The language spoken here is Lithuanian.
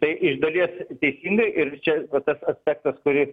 tai iš dalies teisingai ir čia va tas aspektas kurį